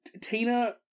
Tina